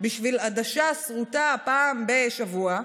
בשביל עדשה שרוטה פעם בשבוע,